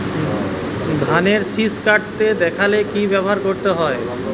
ধানের শিষ কাটতে দেখালে কি ব্যবহার করতে হয়?